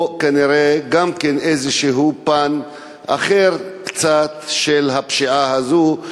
פה כנראה יש גם איזה פן קצת אחר של הפשיעה הזאת.